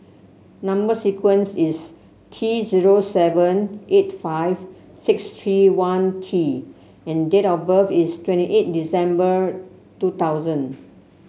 number sequence is T zero seven eight five six three one T and date of birth is twenty eight December two thousand